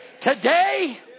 Today